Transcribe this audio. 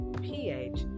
pH